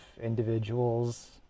individuals